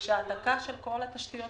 שהעתקה של כל התשתיות